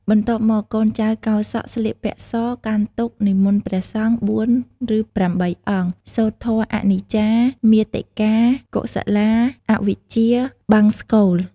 បន្ទាប់មកកូនចៅកោរសក់ស្លៀកពាក់ស កាន់ទុក្ខ និមន្តព្រះសង្ឃ ៤ ឬ៨អង្គ សូត្រធម៌អនិច្ចា មាតិកា កុសលា អវិជ្ជា បង្សុកូល ។